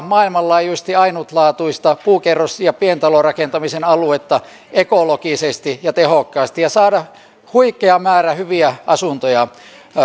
maailmanlaajuisesti ainutlaatuista puukerrostalo ja pientalorakentamisen aluetta ekologisesti ja tehokkaasti ja saada huikea määrä hyviä asuntoja